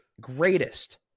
greatest